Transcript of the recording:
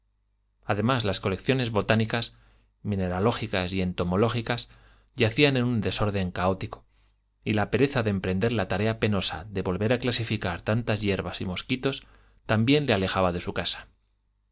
además las colecciones botánicas mineralógicas y entomológicas yacían en un desorden caótico y la pereza de emprender la tarea penosa de volver a clasificar tantas yerbas y mosquitos también le alejaba de su casa